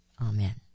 Amen